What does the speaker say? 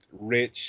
rich